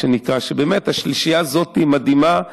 באמת, השלישייה הזאת מדהימה.